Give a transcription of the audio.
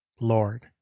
lord